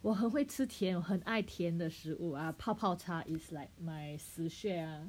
我很会吃甜我很爱甜的食物啊泡泡茶 is like my 死穴